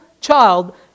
child